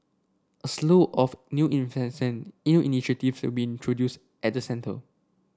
a slew of new new initiatives will be introduced at the centre